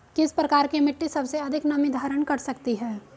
किस प्रकार की मिट्टी सबसे अधिक नमी धारण कर सकती है?